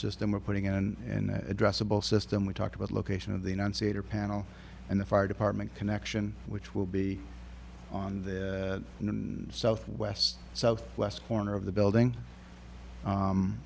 system we're putting in addressable system we talked about location of the united states or panel and the fire department connection which will be on the south west southwest corner of the building